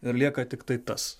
ir lieka tiktai tas